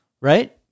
right